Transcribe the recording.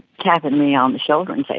tapping me on the shoulder and saying,